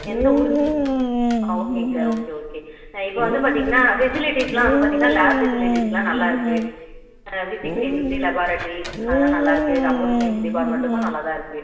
எந்த ஊருங்க சார் ஆ ஓகேங்க சார் ஓகே ஓகே இப்போ வந்து பார்த்திங்கனா பெசிலிட்டீஸ்லாம் பார்த்திங்னா லேப் ஃபெசிலிட்டீஸ்லாம் நல்லாருக்கு பிசிக்ஸ் கெமிஸ்ட்ரி லாபாரட்ரி அதெல்லாம் நல்லாருக்கு கம்ப்யூட்டர் சயின்ஸ் டிப்பார்ட்மெண்ட்டுக்கும் நல்லா தான் இருக்கு